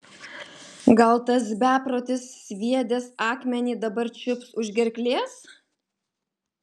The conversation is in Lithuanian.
gal tas beprotis sviedęs akmenį dabar čiups už gerklės